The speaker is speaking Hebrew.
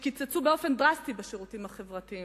שקיצצו באופן דרסטי בשירותים החברתיים.